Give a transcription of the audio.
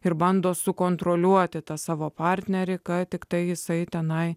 ir bando sukontroliuoti tą savo partnerį ką tiktai jisai tenai